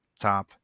top